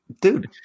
dude